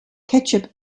ketchup